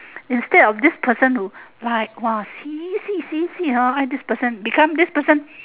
instead of this person who like !wah! see see see see alright this person become this person